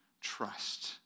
trust